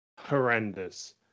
horrendous